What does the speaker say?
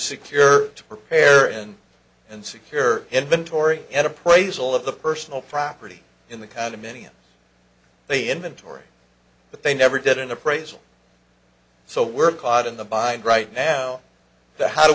secure to prepare in and secure inventory and appraisal of the personal property in the condominium they inventory but they never did an appraisal so we're caught in the bind right now the how do